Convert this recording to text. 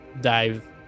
dive